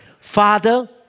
Father